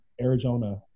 Arizona